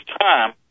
time